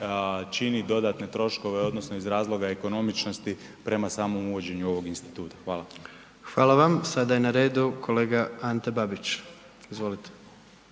čini dodatne troškove odnosno iz razloga ekonomičnosti prema samom uvođenju ovog instituta. Hvala. **Jandroković, Gordan (HDZ)** Hvala vam. Sada je na redu kolega Ante Babić. Izvolite.